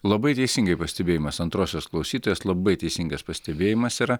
labai teisingai pastebėjimas antrosios klausytojos labai teisingas pastebėjimas yra